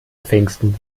pfingsten